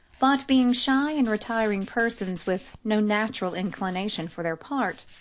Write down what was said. but being shy and retiring persons, with no natural inclination for their part,